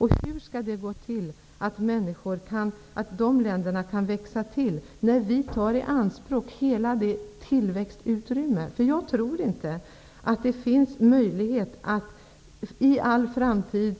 Hur skall det kunna bli tillväxt i de länderna, när vi tar i anspråk hela tillväxtutrymmet? Jag tror inte att det finns möjlighet att i all framtid